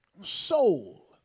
soul